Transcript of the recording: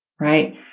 right